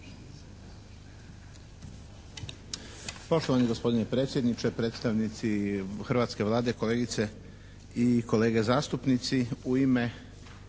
Poštovani gospodine predsjedniče, predstavnici hrvatske Vlade, kolegice i kolege zastupnici. U ime